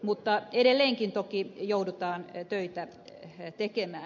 mutta edelleenkin toki joudutaan töitä tekemään